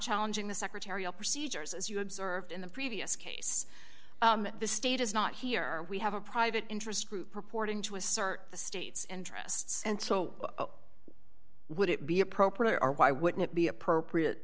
challenging the secretarial procedures as you observed in the previous case the state is not here we have a private interest group purporting to assert the state's interests and so would it be appropriate or why wouldn't it be appropriate